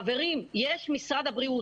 חברים, יש את משרד הבריאות.